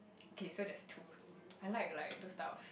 okay so there's two I like like those type of